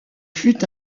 fut